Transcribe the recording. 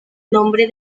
nombre